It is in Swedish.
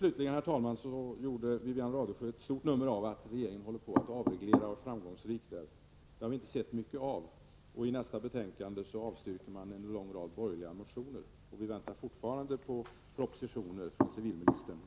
Slutligen, herr talman, gjorde Wivi-Anne Radesjö ett stort nummer av att regeringen håller på att avreglera, och det framgångsrikt. Det har vi inte sett så mycket av. I näringsutskottets betänkande 23 avstyrker man en lång rad borgerliga motioner i detta syfte. Vi väntar fortfarande på propositioner från civilministern.